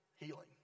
healing